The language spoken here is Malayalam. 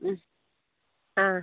ആ